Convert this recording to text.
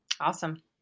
Awesome